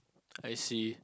I see